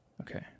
Okay